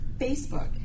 facebook